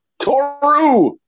Toru